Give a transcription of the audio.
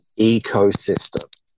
ecosystem